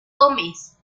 gómez